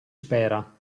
spera